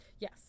Yes